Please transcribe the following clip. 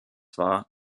war